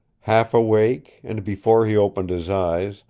half awake, and before he opened his eyes,